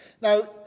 Now